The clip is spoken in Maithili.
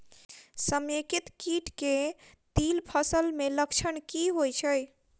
समेकित कीट केँ तिल फसल मे लक्षण की होइ छै?